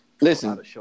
Listen